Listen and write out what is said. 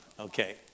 Okay